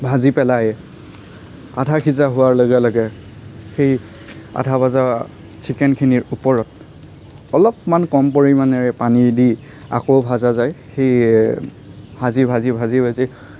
ভাজি পেলাই আধা সিজা হোৱাৰ লগে লগে সেই আধা ভজা চিকেনখিনিৰ ওপৰত অলপমান কম পৰিমাণেৰে পানী দি আকৌ ভজা যায় সেই ভাজি ভাজি ভাজি ভাজি